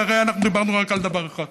והרי אנחנו דיברנו רק על דבר אחד: